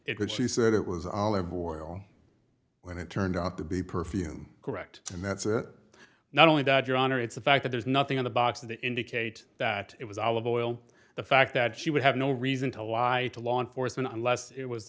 it was she said it was olive oil and it turned out to be perfume correct and that's it not only that your honor it's a fact that there's nothing in the box that indicate that it was all of oil the fact that she would have no reason to lie to law enforcement unless it was